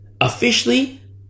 officially